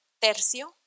Tercio